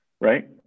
right